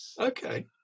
Okay